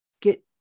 get